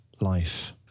life